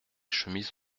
chemises